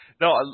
no